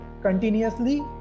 continuously